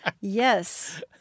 Yes